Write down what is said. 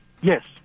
Yes